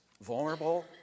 vulnerable